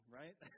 right